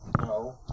No